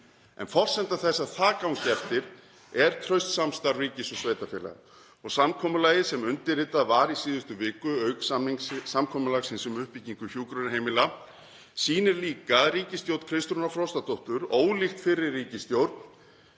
Forsenda þess að það gangi eftir er traust samstarf ríkis og sveitarfélaga. Samkomulagið sem undirritað var í síðustu viku, auk samkomulagsins um uppbyggingu hjúkrunarheimila, sýnir líka að ríkisstjórn Kristrúnar Frostadóttur, ólíkt fyrri ríkisstjórn,